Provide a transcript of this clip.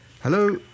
Hello